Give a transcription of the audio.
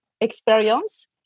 experience